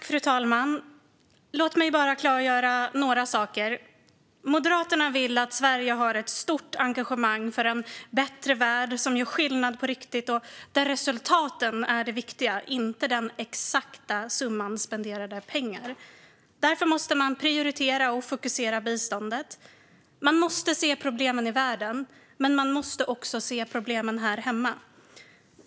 Fru talman! Låt mig bara klargöra några saker. Moderaterna vill att Sverige ska ha ett stort engagemang för en bättre värld, som gör skillnad på riktigt. Resultaten är det viktiga, inte den exakta summan spenderade pengar. Därför måste man prioritera och fokusera biståndet. Man måste se problemen i världen, men man måste också se problemen här hemma.